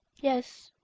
yes,